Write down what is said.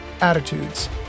attitudes